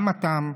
גם התם,